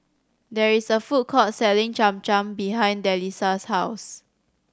there is a food court selling Cham Cham behind Delisa's house